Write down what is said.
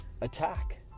attack